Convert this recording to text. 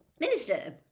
Minister